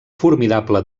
formidable